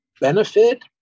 benefit